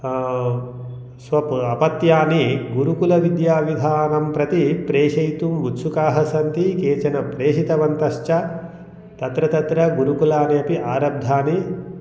स्व प् अपत्यानि गुरुकुलविद्याविधानं प्रति प्रेषयितुं उत्सुकाः सन्ति केचन प्रेषितवन्तश्च तत्र तत्र गुरुकुलानि अपि आरब्धानि